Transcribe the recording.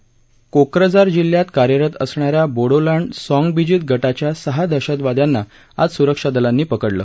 आसाममधल्या कोक्रझार जिल्ह्यात कार्यरत असणा या बोडोलँड साँगबिजीत गटाच्या सहा दहशतवाद्यांना आज सुरक्षा दलांनी पकडलं